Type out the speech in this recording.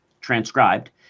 transcribed